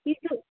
কিন্তু